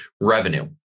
revenue